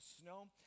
snow